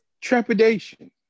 trepidation